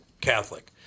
Catholic